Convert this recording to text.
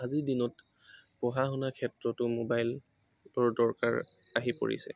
আজিৰ দিনত পঢ়া শুনা ক্ষেত্ৰতো মোবাইল বৰ দৰকাৰ আহি পৰিছে